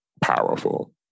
powerful